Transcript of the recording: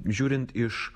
žiūrint iš